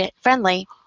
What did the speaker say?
friendly